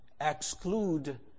exclude